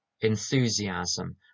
enthusiasm